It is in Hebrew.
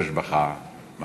יש בך מה